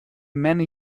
many